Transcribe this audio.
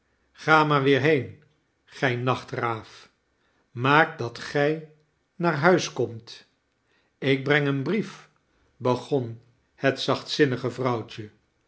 a maar weer heen gij nachtraaf maak dat gij naar huis komt ik breng een brief begon het zachtzinnige vrouwtje